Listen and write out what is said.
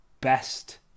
best